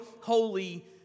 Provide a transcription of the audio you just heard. holy